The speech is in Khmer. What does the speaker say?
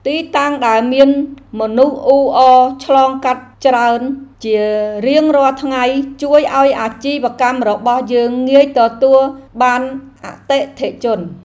ទីតាំងដែលមានមនុស្សអ៊ូអរឆ្លងកាត់ច្រើនជារៀងរាល់ថ្ងៃជួយឱ្យអាជីវកម្មរបស់យើងងាយទទួលបានអតិថិជន។